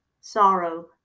sorrow